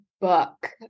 Book